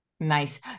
Nice